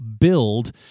build